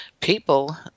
people